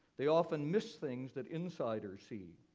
they often miss things that insiders see.